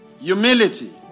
humility